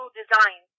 design